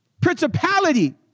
principality